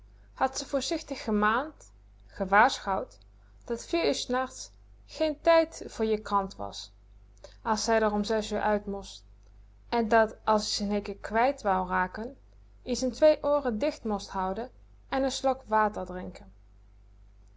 had ze voorzichtig gemaand gewaarschouwd dat vier uur s nachts geen tijd voor je krant was as zij d'r om zes uit most en dat as-ie z'n hikken kwijt wou raken ie z'n twee ooren dicht most houen en n slok water drinken